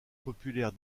populaire